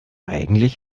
eigentlich